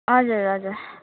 हजुर हजुर